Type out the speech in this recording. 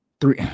Three